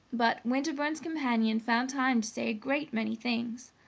but winterbourne's companion found time to say a great many things.